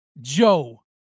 Joe